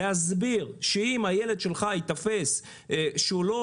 להסביר שאם הילד שלך ייתפס שהוא לא